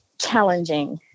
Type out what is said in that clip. challenging